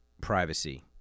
Privacy